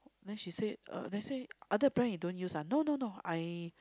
then she say uh then I say other brand you don't use ah no no no I